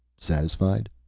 satisfied?